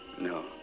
No